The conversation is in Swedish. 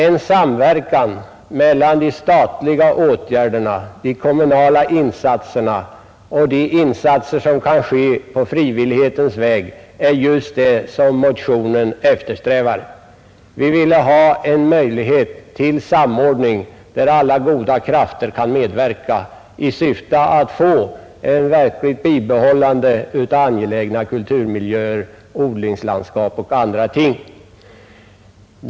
En samverkan mellan de statliga åtgärderna, de kommunala insatserna och de insatser som kan ske på frivillighetens väg är just det som motionen eftersträvar. Vi vill ha en möjlighet till samordning där alla goda krafter kan medverka i syfte att bevara angelägna kulturmiljöer, odlingslandskap och andra ting.